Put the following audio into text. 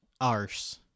arse